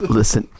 Listen